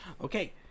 Okay